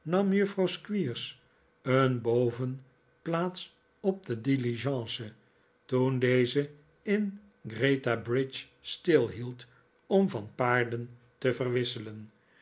juffrouw squeers een bovenplaats op de diligence toen deze in gretabridge stilhield om van paarden te verwisselen